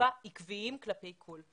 ואכיפה עקביים כלפי הכול.